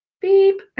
Beep